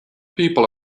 people